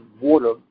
water